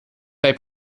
they